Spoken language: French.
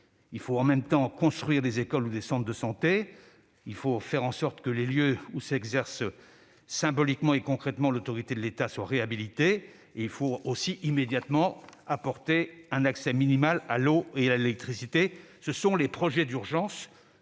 déminer, en même temps construire des écoles ou des centres de santé, il faut faire en sorte que les lieux où s'exerce symboliquement et concrètement l'autorité de l'État soient réhabilités et il faut aussi immédiatement mettre en place un accès minimal à l'eau et à l'électricité. Sur ces projets d'urgence,